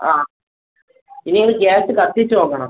ആ ഇനി ഇത് ഗ്യാസ് കത്തിച്ച് നോക്കണം